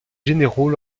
généraux